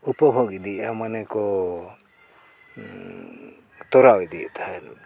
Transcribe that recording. ᱩᱯᱚᱵᱷᱳᱜᱽ ᱤᱫᱤᱭᱮᱫᱼᱟ ᱢᱟᱱᱮ ᱠᱚ ᱛᱚᱨᱟᱣ ᱤᱫᱤᱭᱮᱫ ᱛᱟᱦᱮᱱ